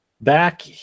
back